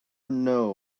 know